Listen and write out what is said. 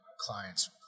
clients